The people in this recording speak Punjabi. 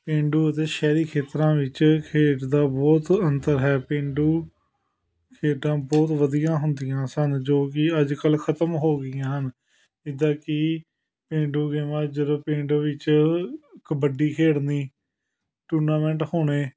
ਪੇਂਡੂ ਅਤੇ ਸ਼ਹਿਰੀ ਖੇਤਰਾਂ ਵਿੱਚ ਖੇਡ ਦਾ ਬਹੁਤ ਅੰਤਰ ਹੈ ਪੇਂਡੂ ਖੇਡਾਂ ਬਹੁਤ ਵਧੀਆ ਹੁੰਦੀਆਂ ਸਨ ਜੋ ਕਿ ਅੱਜ ਕੱਲ੍ਹ ਖਤਮ ਹੋ ਗਈਆਂ ਹਨ ਜਿੱਦਾਂ ਕਿ ਪੇਂਡੂ ਗੇਮਾਂ ਜਦੋਂ ਪਿੰਡ ਵਿੱਚ ਕਬੱਡੀ ਖੇਡਣੀ ਟੂਰਨਾਮੈਂਟ ਹੋਣੇ